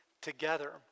together